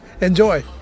Enjoy